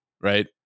Right